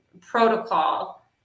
protocol